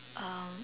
um